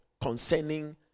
concerning